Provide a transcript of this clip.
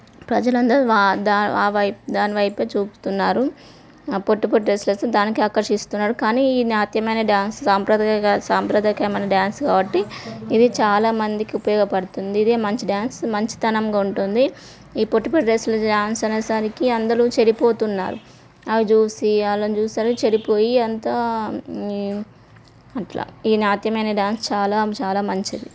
ప్రజలందరూ దాని వైపే చూపుతున్నారు ఆ పొట్టి పొట్టి డ్రెస్సులు వేసుకోని దానికే ఆకర్షిస్తున్నారు కానీ ఈ నాట్యమనే డ్యాన్స్ సాంప్రదాయక సాంప్రదాయకమైన డ్యాన్స్ కాబట్టి ఇది చాలా మందికి ఉపయోగపడుతుంది ఇదే మంచి డ్యాన్స్ మంచితనంగా ఉంటుంది ఈ పొట్టి పొట్టి డ్రెస్లు డ్యాన్స్ అనేసరికి అందరూ చెడిపోతున్నారు అవి చూసి వాళ్ళని చూసి చెడిపోయి అంతా అలా ఈ నాట్యమనే డ్యాన్స్ చాలా చాలా మంచిది